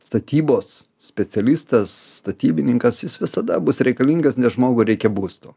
statybos specialistas statybininkas jis visada bus reikalingas nes žmogui reikia būsto